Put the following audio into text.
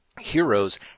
heroes